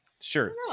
Sure